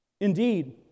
Indeed